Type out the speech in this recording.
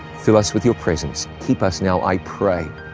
fill us with your presence. keep us now, i pray,